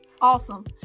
Awesome